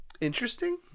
interesting